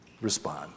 respond